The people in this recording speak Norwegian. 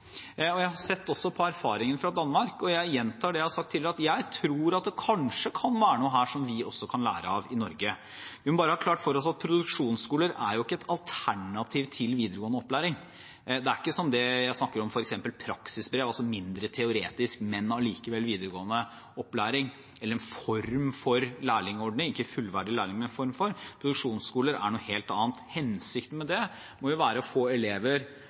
Jeg har også sett på erfaringene fra Danmark, og jeg gjentar det jeg har sagt tidligere, at jeg tror det kanskje kan være noe her som vi også kan lære av i Norge. Vi må bare ha klart for oss at produksjonsskoler ikke er et alternativ til videregående opplæring. Det er ikke som det jeg snakker om, f.eks. praksisbrev, som altså er mindre teoretisk, men allikevel videregående opplæring, eller en form for lærlingordning, ikke en fullverdig lærlingordning, men en form for. Produksjonsskoler er noe helt annet. Hensikten med det må jo være å få elever